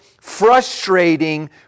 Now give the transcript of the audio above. frustrating